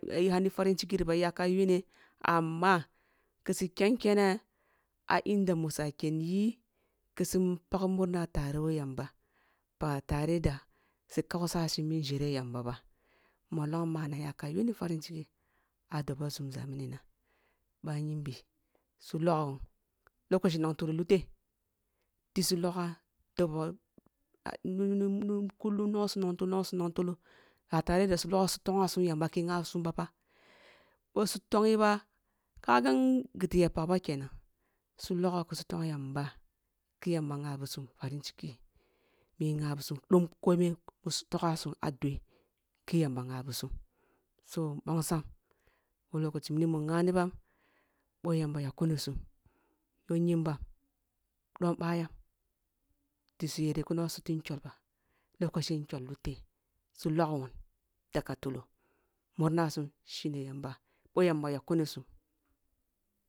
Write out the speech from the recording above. hani farin chikiri ba iyaka yuni amma khisu ken ene a endamusa kenniyi khisu pag murna tare wo yamba ba tare da su kaysasum bi njere yamba ba, mollong manang ya ka yuni farin chiki a dobo zumȝa minina ъa yimbi su logowun lokochi nwong tulo tuko lute, ъi logha dobe kullum nono su nwong tulo, nono su nwong tulo ba tare da su logo su tagha sum yamba khi ghabi sum ba fa, boh su tongyi bafa ka gan giti ya pagba kenan, su logho su tong yamba, ki yamba ghabisum farin chiki bi ghabisum dom kome ъi su tonghasum a dua, khi yamba ghabisum, so ngong sam, wo lokachi mini mu ghanibam ъo yamba yak kunisum ko yimbam, bayam ɗisu yere ki su nono su ti’ikyol ba loko chi ikyol luteh, su loghwun daga tulo, mur na sum shine yamba, ъo yamba yakum sum